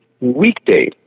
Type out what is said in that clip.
weekday